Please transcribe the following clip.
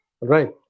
right